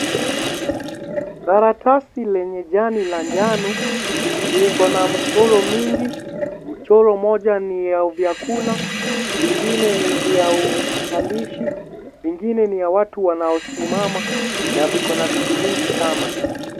Karatasi lenye jani la njano. Liko na mchoro mingi. Mchoro moja ni ya vyakula, vingine ni vya uandishi, vingine ni ya watu wanaosimama na viko na vitu mingi sana.